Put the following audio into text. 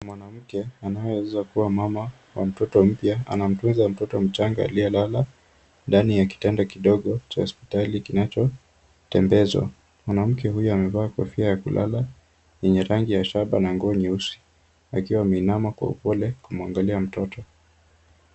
Mwanamke anayeweza kuwa mama wa mtoto mpya anamtunza mtoto mchanga aliye lala, ndani ya kitanda kidogo cha hospitali kinacho tembezwa. Mwanamke huyu amevaa kofia ya kulala, yenye rangi ya shaba na nguo nyeusi, akiwa ameinama kwa upole kumuangalia mtoto.